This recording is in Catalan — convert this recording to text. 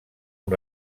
amb